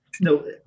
No